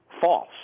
false